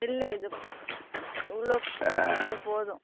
இல்லை இது இவ்வளோ இவ்வளோ போதும்